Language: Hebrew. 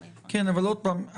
אבל עוד פעם,